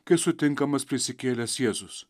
kai sutinkamas prisikėlęs jėzus